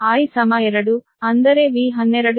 ಆದ್ದರಿಂದ n 4 ಆಗಿದೆ